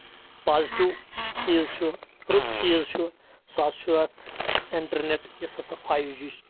positive چیٖز چھُ رُت چیٖز چھُ سُہ حظ چھُ یَتھ اِنٹرنیٚٹ یُس ہا سا فایو جی چھ